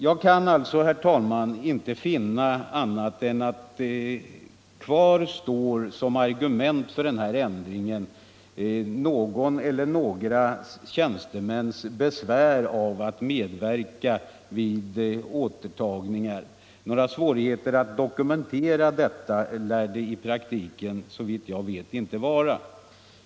Jag kan, herr talman, inte finna annat än att kvar som argument för denna ändring står någon eller några tjänstemäns besvär av att medverka i en handläggning utanför rutinen. Några svårigheter när det gäller dokumentation lär i praktiken inte förekomma, såvitt jag vet.